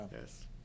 Yes